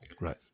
Right